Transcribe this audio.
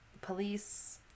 Police